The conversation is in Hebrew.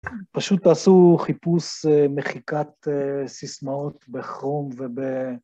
פשוט תעשו חיפוש מחיקת סיסמאות בכרום וב...